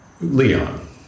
Leon